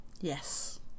yes